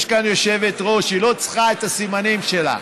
יש כאן יושבת-ראש, היא לא צריכה את הסימנים שלך.